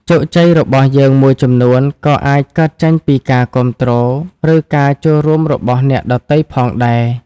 ជោគជ័យរបស់យើងមួយចំនួនក៏អាចកើតចេញពីការគាំទ្រ ឬការចូលរួមរបស់អ្នកដទៃផងដែរ។